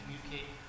communicate